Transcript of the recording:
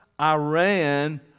Iran